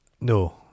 no